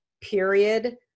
period